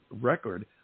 record